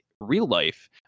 real-life